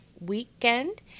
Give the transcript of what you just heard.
weekend